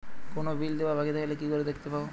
কোনো বিল দেওয়া বাকী থাকলে কি করে দেখতে পাবো?